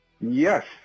Yes